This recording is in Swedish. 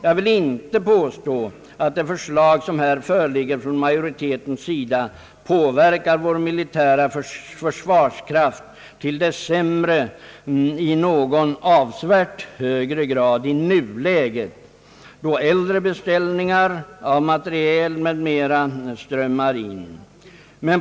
Jag vill inte påstå, att det förslag som här föreligger från majoritetens sida påverkar vår militära försvarskraft till det sämre i någon avsevärt högre grad i nuläget, då äldre beställningar av materiel m.m. strömmar in.